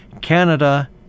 Canada